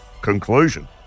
conclusion